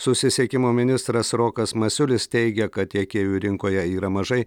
susisiekimo ministras rokas masiulis teigia kad tiekėjų rinkoje yra mažai